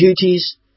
duties